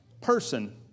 person